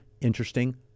interesting